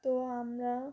তো আমরা